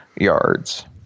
yards